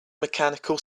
mechanical